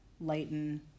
lighten